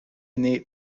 née